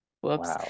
whoops